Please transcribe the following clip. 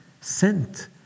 sent